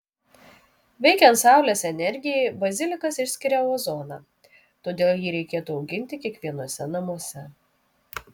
veikiant saulės energijai bazilikas išskiria ozoną todėl jį reikėtų auginti kiekvienuose namuose